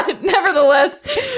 nevertheless